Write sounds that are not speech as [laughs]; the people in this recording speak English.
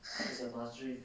[laughs]